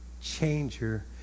changer